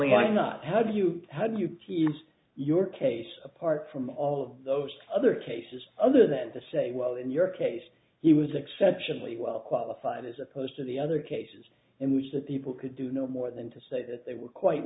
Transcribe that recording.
why not how do you how do you use your case apart from all of those other cases other than to say well in your case he was exceptionally well qualified as opposed to the other cases in which the people could do no more than to say that they were quite